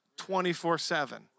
24-7